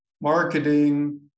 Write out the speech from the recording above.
marketing